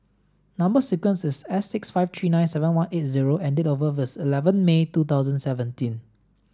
number sequence is S six five three nine seven one eight zero and date of birth is eleven May two thousand seventeen